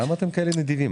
למה אתם כאלה נדיבים?